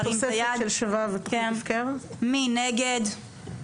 מי נגד?